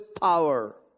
power